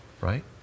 right